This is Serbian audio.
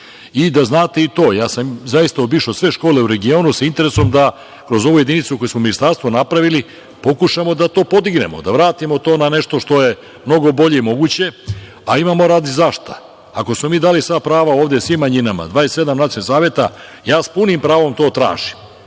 znate i to, ja sam zaista obišao sve škole u regionu, sa interesom da kroz ovu jedinicu koju smo kroz Ministarstvo napravili, pokušamo da to podignemo, da vratimo to na nešto što je mnogo bolje moguće, a imamo radi zašta. Ako smo mi dali sva prava ovde svim manjinama, 27 nacionalnih saveta, ja sa punim pravom to tražim.